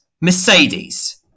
Mercedes